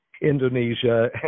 Indonesia